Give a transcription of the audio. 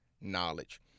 knowledge